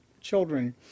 children